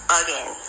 again